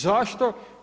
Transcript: Zašto?